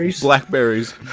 blackberries